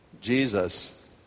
Jesus